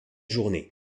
journées